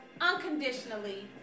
unconditionally